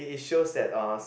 it it shows that uh